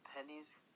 pennies